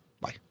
Bye